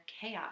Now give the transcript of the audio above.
chaos